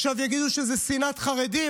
עכשיו יגידו שזאת שנאת חרדים.